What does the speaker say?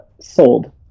sold